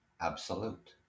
absolute